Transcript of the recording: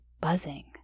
buzzing